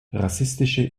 rassistische